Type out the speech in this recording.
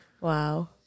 Wow